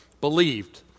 believed